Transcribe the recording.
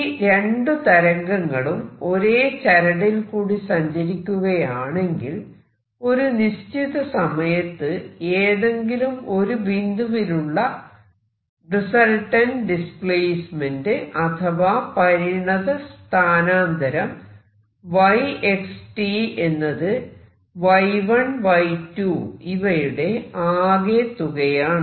ഈ രണ്ടു തരംഗങ്ങളും ഒരേ ചരടിൽ കൂടി സഞ്ചരിക്കുകയാണെങ്കിൽ ഒരു നിശ്ചിത സമയത്ത് ഏതെങ്കിലും ഒരു ബിന്ദുവിലുള്ള റിസൽറ്റന്റ് ഡിസ്പ്ലേസ്മെന്റ് അഥവാ പരിണത സ്ഥാനാന്തരം yxt എന്നത് y1 y2 ഇവയുടെ ആകെത്തുകയാണ്